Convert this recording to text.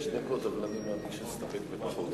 שש דקות אבל אני מאמין שאסתפק בפחות.